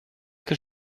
que